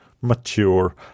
mature